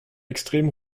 extrem